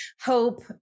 hope